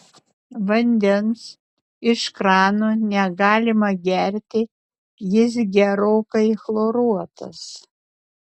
vandens iš krano negalima gerti jis gerokai chloruotas